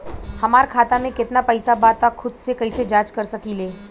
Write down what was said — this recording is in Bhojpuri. हमार खाता में केतना पइसा बा त खुद से कइसे जाँच कर सकी ले?